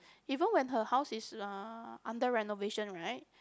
even when her house is uh under renovation right